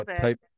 type